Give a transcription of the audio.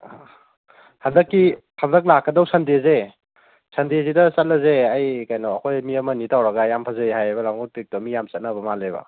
ꯍꯟꯗꯛꯀꯤ ꯍꯟꯗꯛ ꯂꯥꯛꯀꯗꯧꯔꯤꯕ ꯁꯟꯗꯦꯁꯦ ꯁꯟꯗꯦꯁꯤꯗ ꯆꯠꯂꯁꯦ ꯑꯩ ꯀꯩꯅꯣ ꯑꯩꯈꯣꯏ ꯃꯤ ꯑꯃꯅꯤ ꯇꯧꯔꯒ ꯌꯥꯝ ꯐꯖꯩ ꯍꯥꯏꯌꯦꯕ ꯂꯥꯡꯒꯣꯜ ꯄꯤꯛꯇꯣ ꯃꯤ ꯌꯥꯝ ꯆꯠꯅꯕ ꯃꯥꯜꯂꯦꯕ